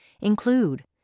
include